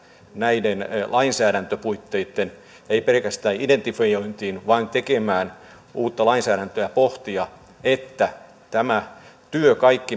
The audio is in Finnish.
näiden lainsäädäntöpuitteitten ei pelkästään identifiointiin vaan tekemään uutta lainsäädäntöä pohtia että tämä kaikki työ